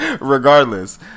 Regardless